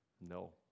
No